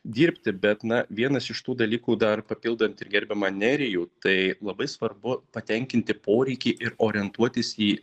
dirbti bet na vienas iš tų dalykų dar papildant ir gerbiamą nerijų tai labai svarbu patenkinti poreikį ir orientuotis į